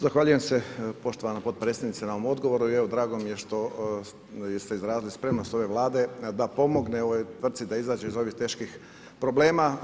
Zahvaljujem se poštovana potpredsjednice na ovom odgovoru i evo drago mi je što ste izrazili spremnost ove Vlade da pomogne ovoj tvrtci da izađe iz ovih teških problema.